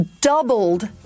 doubled